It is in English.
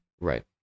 Right